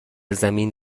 زمین